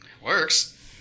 works